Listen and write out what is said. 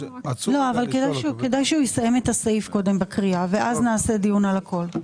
כדאי שהוא יסיים את הקראת הסעיף ואז נקיים דיון על הכול.